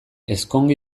ezkonge